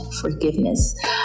forgiveness